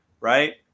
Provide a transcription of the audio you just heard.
right